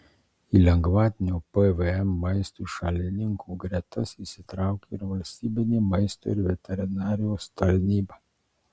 į lengvatinio pvm maistui šalininkų gretas įsitraukė ir valstybinė maisto ir veterinarijos tarnyba